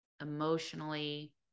emotionally